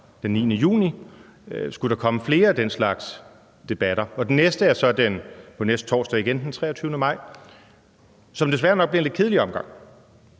den 9. juni, at der skulle komme flere af den slags debatter. Den næste er så på næste torsdag igen, den 23. maj, som desværre nok bliver en lidt kedelig omgang,